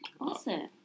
Awesome